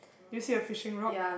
do you see a fishing rod